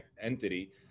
entity